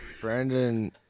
Brandon